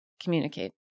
communicate